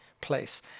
place